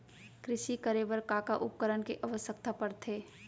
कृषि करे बर का का उपकरण के आवश्यकता परथे?